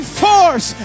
force